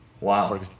Wow